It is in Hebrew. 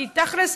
כי תכל'ס,